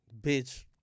bitch